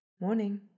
Morning